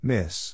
Miss